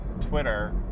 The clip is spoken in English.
Twitter